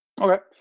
Okay